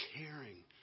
caring